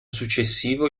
successivo